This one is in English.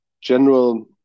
general